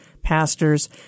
pastors